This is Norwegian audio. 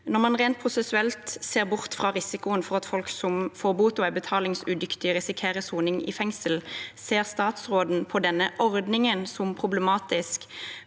Når man rent prosessuelt ser bort fra risikoen for at folk som får bot og er betalingsudyktige, risikerer soning i fengsel, ser statsråden på denne ordningen som proble